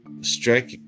strike